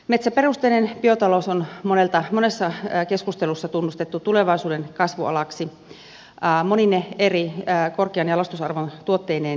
metsäperusteinen biotalous on monessa keskustelussa tunnustettu tulevaisuuden kasvualaksi monine eri korkean jalostusarvon tuotteineen